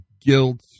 guilt